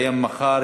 נתקבלה.